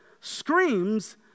screams